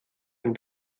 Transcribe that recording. den